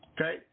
okay